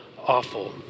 awful